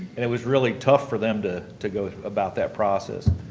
and it was really tough for them to to go about that process.